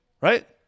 Right